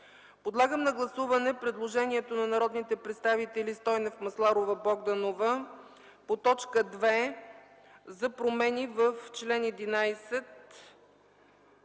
Подлагам на гласуване предложението на народните представители Стойнев, Масларова и Богданова по т. 2 за промени в чл. 11